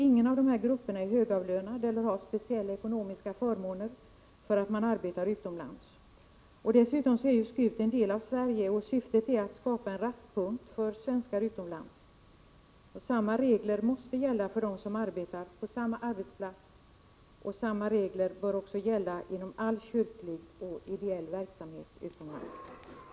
Inga anställda i dessa grupper är högavlönade eller har speciella ekonomiska förmåner för att de arbetar utomlands. Dessutom är SKUT en del av Sverige. Dess syfte är att skapa en rastpunkt för svenskar utomlands. Samma regler i barnbidragshänseende måste gälla för dem som arbetar på samma arbetsplats lika väl som samma regler bör gälla inom all kyrklig och ideell verksamhet utomlands.